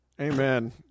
Amen